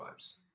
vibes